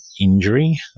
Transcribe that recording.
injury